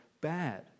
bad